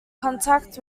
contact